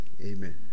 amen